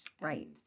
Right